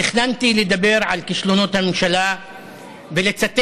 תכננתי לדבר על כישלונות הממשלה ולצטט